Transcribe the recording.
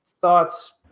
thoughts